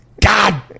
God